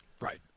Right